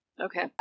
Okay